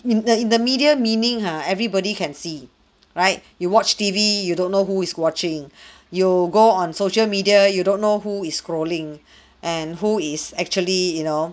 in the in the media meaning ha everybody can see right you watch T_V you don't know who is watching you go on social media you don't know who is scrolling and who is actually you know